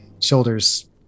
shoulders